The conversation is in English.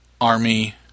army